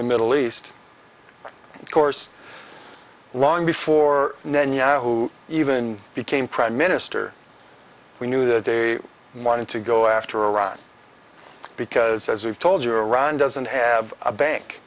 the middle east of course long before netanyahu even became prime minister we knew that they wanted to go after iran because as we've told you iran doesn't have a bank